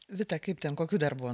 vita kaip ten kokių dar buvo